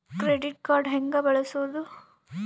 Credit card ಹೆಂಗ ಬಳಸೋದು?